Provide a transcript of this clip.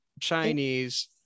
Chinese